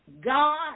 God